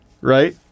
right